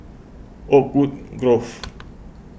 Oakwood Grove